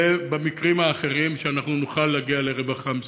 ובמקרים האחרים, שאנחנו נוכל להגיע לרווחה מסוימת.